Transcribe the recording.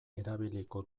erabiliko